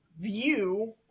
view